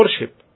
worship